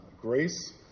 Grace